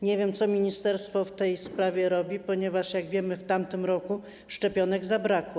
Nie wiem, co ministerstwo w tej sprawie robi, ponieważ jak wiemy, w tamtym roku szczepionek zabrakło.